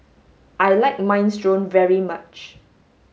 I like minestrone very much